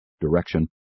direction